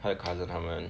她的 cousin 她们